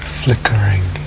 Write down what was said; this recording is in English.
flickering